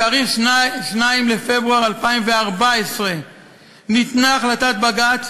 בתאריך 2 בפברואר 2014 ניתנה החלטת בג"ץ